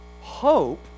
Hope